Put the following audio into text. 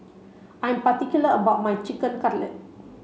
I'm particular about my Chicken Cutlet